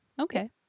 okay